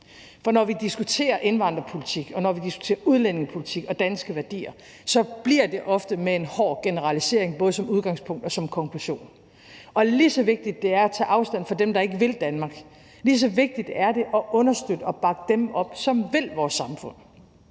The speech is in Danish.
For når vi diskuterer indvandrerpolitik, og når vi diskuterer udlændingepolitik og danske værdier, bliver det ofte med en hård generalisering både som udgangspunkt og som konklusion. Lige så vigtigt det er at tage afstand fra dem, der ikke vil Danmark, lige så vigtigt er det at understøtte og bakke dem op, som vil vores samfund.